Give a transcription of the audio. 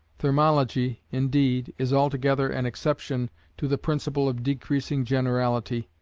thermology, indeed, is altogether an exception to the principle of decreasing generality,